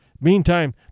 Meantime